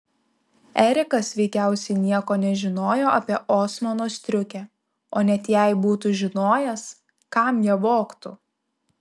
erikas veikiausiai nieko nežinojo apie osmano striukę o net jei būtų žinojęs kam ją vogtų